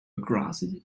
grassy